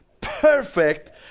perfect